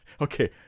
Okay